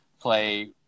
play